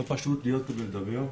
לא פשוט להיות כאן ולדבר.